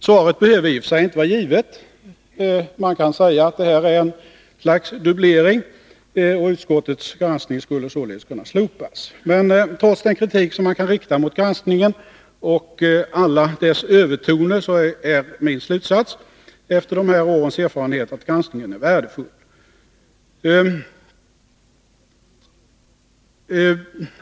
Svaret behöver i och för sig inte vara givet. Man kan säga att det här är fråga om ett slags dubblering, och utskottets granskning skulle således kunna slopas. Men trots den kritik som kan riktas mot granskningen och alla dess övertoner är min slutsats efter de här årens erfarenheter, att granskningen är värdefull.